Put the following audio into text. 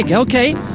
ah okay.